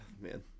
man